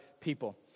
people